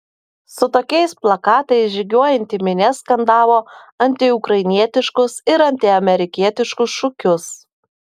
su tokiais plakatais žygiuojanti minia skandavo antiukrainietiškus ir antiamerikietiškus šūkius